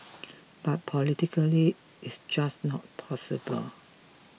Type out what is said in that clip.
but politically it's just not possible